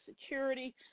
security